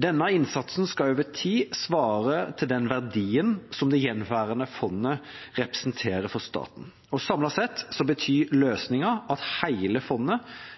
Denne innsatsen skal over tid svare til den verdien som det gjenværende fondet representerer for staten. Samlet sett betyr løsninga at hele fondet,